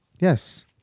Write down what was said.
Yes